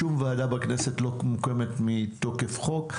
שום ועדה בכנסת לא מוקמת מתוקף חוק.